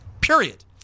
Period